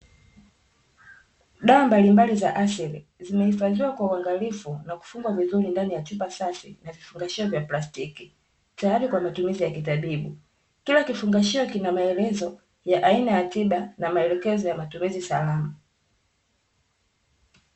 Dawa mbalimbali za asili zimehifadhiwa kwa uangalifu na kufungwa vizuri ndani ya chupa safi na vifungashio vya plastiki, tayari kwa matumizi ya kitabibu; kila kifungashio kina maelezo ya aina ya tiba na maelekezo ya matumizi salama.